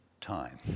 time